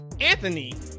Anthony